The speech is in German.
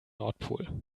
nordpol